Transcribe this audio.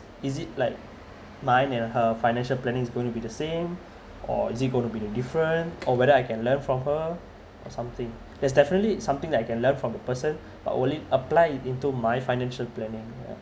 is it like mine and her financial planning is going to be the same or is it going to be different or whether I can learn from her or something there's definitely something that I can learn from the person but will it apply into my financial planning